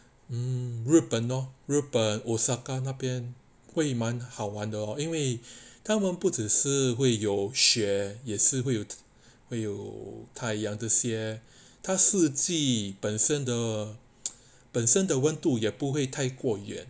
mm 日本 lor 日本那边会蛮好玩的因为他们不只是会有雪也是会有会有太阳这些它四季本身的本身的温度也不会太过瘾